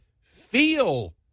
feel